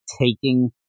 taking